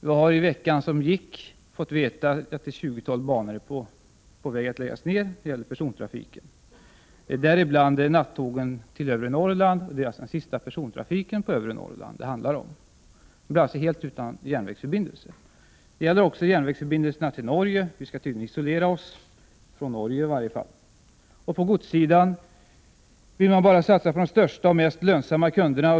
Vi har i veckan som gick fått veta att ett tjugotal banor är på väg att läggas ned när det gäller persontrafiken. Däri ingår nattågen till övre Norrland. Det handlar alltså om den sista persontrafiken till övre Norrland. Sedan blir man helt utan järnvägsförbindelse. Nedläggningshoten gäller också järnvägsförbindelserna till Norge. Vi skall tydligen isolera oss, i varje fall från Norge. På godssidan vill man bara satsa på de största och de mest lönsamma kunderna.